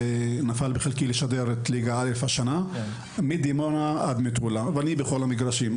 נפל בחלקי לשדר את ליגה א' השנה מדימונה עד מטולה ואני בכל המגרשים,